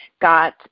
got